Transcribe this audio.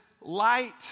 light